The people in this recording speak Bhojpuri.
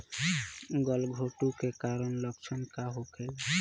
गलघोंटु के कारण लक्षण का होखे?